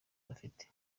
bafite